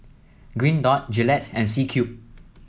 Green Dot Gillette and C Cube